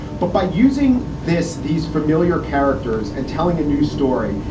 but by using this these familiar characters and telling a new story,